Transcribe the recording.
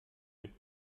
mit